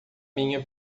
minha